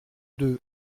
deux